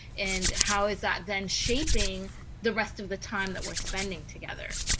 and how is that then shaping the rest of the time that we're spending together?